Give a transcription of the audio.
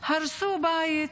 הרסו בית.